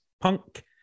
Punk